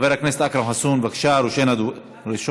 חבר הכנסת אכרם חסון, בבקשה, ראשון הדוברים.